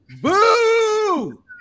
Boo